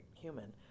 human